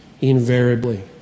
invariably